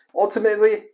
Ultimately